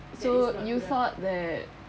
so you thought that